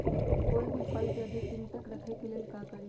कोई भी फल के अधिक दिन तक रखे के ले ल का करी?